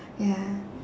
ya